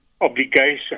obligation